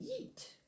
eat